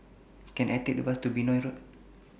Can I Take The Bus to Benoi Road